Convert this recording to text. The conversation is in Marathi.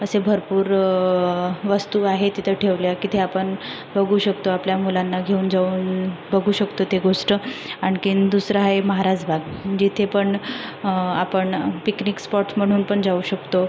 असे भरपूर वस्तू आहेत तिथं ठेवलेल्या आपण बघू शकतो आपल्या मुलांना घेऊन जाऊन बघू शकतो ते गोष्ट आणखी दुसरं आहे महाराजबाग म्हणजे इथे पण आपण पिकनिक स्पॉट म्हणून पण जाऊ शकतो